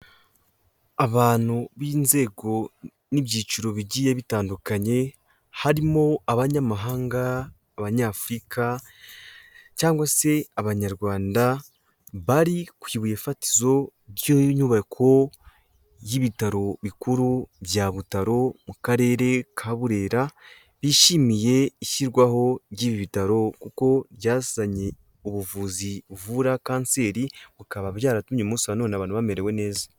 Abantu b'inzego n'ibyiciro bigiye bitandukanye, harimo Abanyamahanga, Abanyafurika cyangwa se Abanyarwanda bari ku ibuye fatizo by'inyubako y'ibitaro bikuru bya Butaro mu Karere ka Burera, bishimiye ishyirwaho ry'ibi bitaro kuko byazanye ubuvuzi buvura Kanseri, bukaba byaratumye umunsi wa none abantu bamerewe neza.